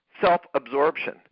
self-absorption